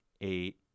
eight